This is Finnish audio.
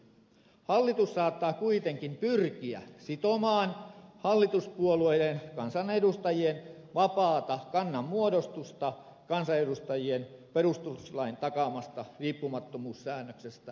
hallitus saattaa kuitenkin pyrkiä sitomaan hallituspuolueiden kansanedustajien vapaata kannanmuodostusta kansanedustajien perustuslain takaamasta riippumattomuussäännöksestä huolimatta